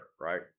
right